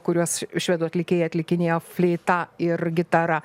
kuriuos švedų atlikėjai atlikinėjo fleita ir gitara